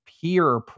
peer